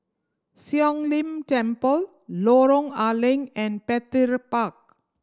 Siong Lim Temple Lorong A Leng and Petir Park